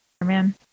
man